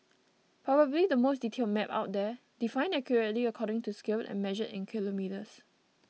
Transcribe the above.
probably the most detailed map out there defined accurately according to scale and measured in kilometres